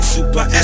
Super